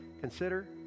consider